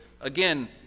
again